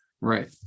right